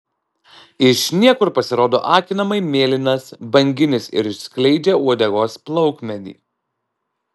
iš niekur pasirodo akinamai mėlynas banginis ir išskleidžia uodegos plaukmenį